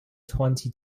twenty